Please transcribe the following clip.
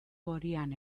gorian